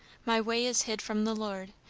my way is hid from the lord,